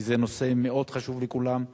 כי זה נושא חשוב לכולם.